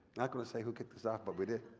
not gonna say who kicked us off, but we did.